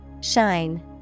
Shine